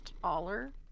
taller